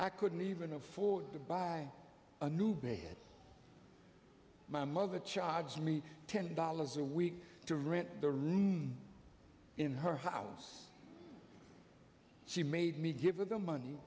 i couldn't even afford to buy a new baby my mother charged me ten dollars a week to rent the room in her house she made me give her the money